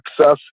success